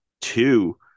two